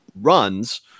runs